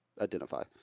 identify